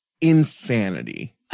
Insanity